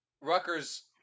Rutgers